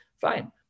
Fine